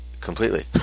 completely